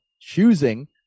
choosing